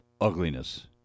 ugliness